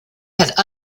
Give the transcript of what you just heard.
had